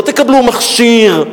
לא תקבלו מכשיר.